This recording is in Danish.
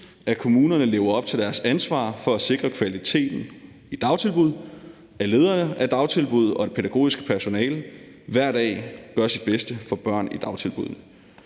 at kommunerne lever op til deres ansvar for at sikre kvaliteten i dagtilbuddene, og at lederen af dagtilbuddet og det pædagogiske personale hver dag gør deres bedste for børnene i dagtilbuddet.